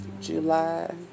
july